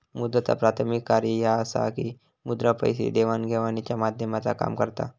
मुद्राचा प्राथमिक कार्य ह्या असा की मुद्रा पैसे देवाण घेवाणीच्या माध्यमाचा काम करता